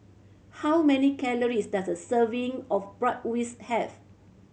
how many calories does a serving of Bratwurst have